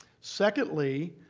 secondly,